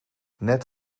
net